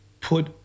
put